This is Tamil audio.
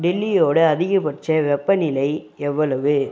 டெல்லியோட அதிகபட்ச வெப்பநிலை எவ்வளவு